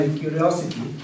curiosity